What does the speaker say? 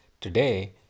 today